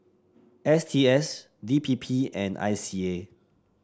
S T S D P P and I C A